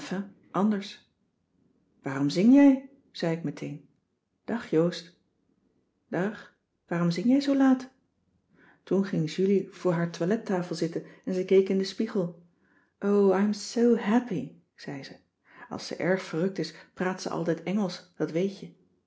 anders waarom zing jij zei ik meteen dag joost dag waarom zing jij zoo laat toen ging julie voor haar toilettafel zitten en ze keek in den spiegel oh i am so happy zei ze als ze erg verrukt is praat ze altijd engelsch dat weet je